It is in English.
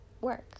work